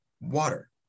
water